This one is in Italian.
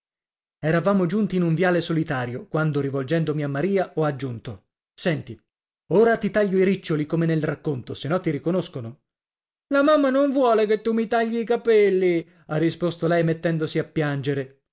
eravamo giunti in un viale solitario quando rivolgendomi a maria ho raggiunto senti ora ti taglio i riccioli come nel racconto se no ti riconoscono la mamma non vuole che tu mi tagli i capelli ha risposto lei mettendosi a piangere